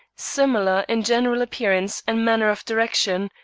similar in general appearance and manner of direction,